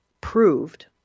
proved